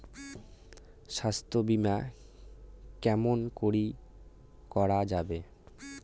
স্বাস্থ্য বিমা কেমন করি করা যাবে?